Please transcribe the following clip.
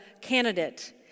candidate